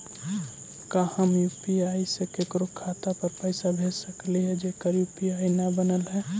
का हम यु.पी.आई से केकरो खाता पर पैसा भेज सकली हे जेकर यु.पी.आई न बनल है?